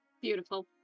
Beautiful